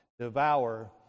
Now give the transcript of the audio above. devour